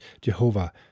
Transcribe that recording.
Jehovah